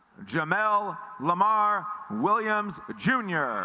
jamel lamar williams jr.